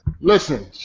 Listen